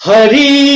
Hari